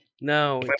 no